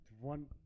One